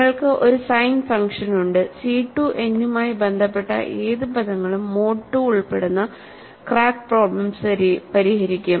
നിങ്ങൾക്ക് ഒരു sine function ഉണ്ട് C 2 n മായി ബന്ധപ്പെട്ട ഏത് പദങ്ങളും മോഡ് II ഉൾപ്പെടുന്ന ക്രാക് പ്രോബ്ലെംസ് പരിഹരിക്കും